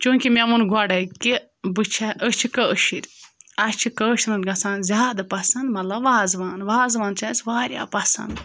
چوٗنٛکہِ مےٚ ووٚن گۄڈَے کہِ بہٕ چھےٚ أسۍ چھِ کٲشِر اَسہِ چھِ کٲشرٮ۪ن گژھان زیادٕ پَسنٛد مطلب وازوان وازوان چھِ اَسہِ واریاہ پَسنٛد